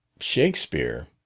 shakespeare!